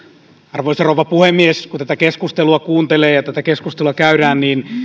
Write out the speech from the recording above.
arvoisa rouva puhemies kun tätä keskustelua kuuntelee ja tätä keskustelua käydään niin